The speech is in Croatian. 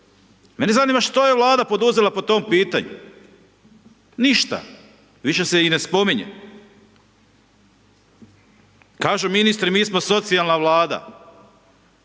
Mene zanima što je Vlada poduzela po tom pitanju? Ništa, više se i ne spominje. Kažu ministri, mi smo socijalna Vlada,